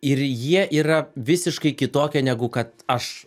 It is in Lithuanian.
ir jie yra visiškai kitokie negu kad aš